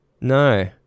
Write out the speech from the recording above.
No